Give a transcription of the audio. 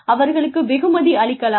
அவர்களுக்கு வெகுமதி அளிக்கலாமா